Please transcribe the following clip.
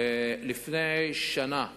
ולפני שנה בערך,